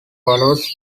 follows